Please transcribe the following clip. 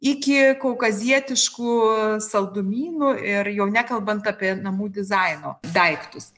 iki kaukazietiškų saldumynų ir jau nekalbant apie namų dizaino daiktus